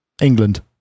England